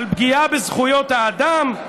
על פגיעה בזכויות האדם,